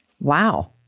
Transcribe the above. Wow